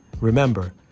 Remember